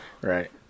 Right